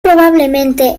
probablemente